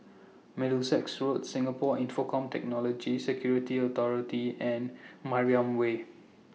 Middlesex Road Singapore Infocomm Technology Security Authority and Mariam Way